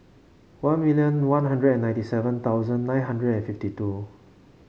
one million One Hundred ninety seven thousand nine hundred and fifty two